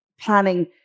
planning